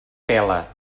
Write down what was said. pela